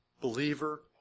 Believer